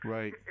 Right